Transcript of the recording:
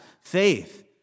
faith